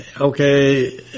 okay